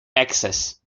access